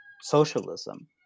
socialism